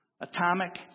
Atomic